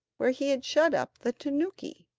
where he had shut up the tanuki.